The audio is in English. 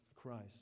Christ